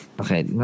Okay